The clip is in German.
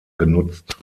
genutzt